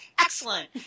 excellent